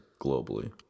globally